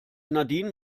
nadine